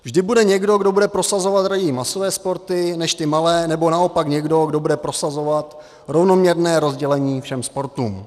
Vždy bude někdo, kdo bude prosazovat raději masové sporty než ty malé, nebo naopak někdo, kdo bude prosazovat rovnoměrné rozdělení všem sportům.